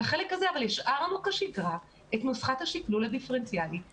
השארנו את נוסחת השקלול הדיפרנציאלי כשגרה.